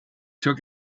took